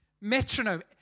Metronome